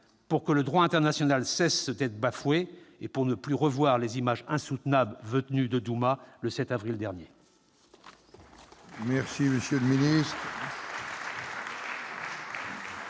pour que le droit international cesse d'être bafoué et pour ne plus revoir les images insoutenables de Douma le 7 avril dernier.